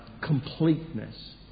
completeness